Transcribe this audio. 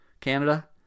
Canada